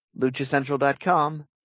LuchaCentral.com